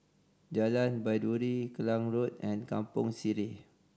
Jalan Baiduri Klang Road and Kampong Sireh